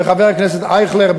וחבר הכנסת אייכלר,